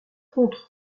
contre